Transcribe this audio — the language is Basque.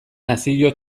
nazio